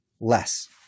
less